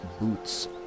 boots